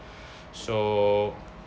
so